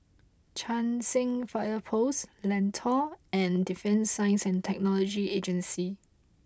Cheng San Fire Post Lentor and Defence Science and Technology Agency